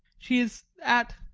she is at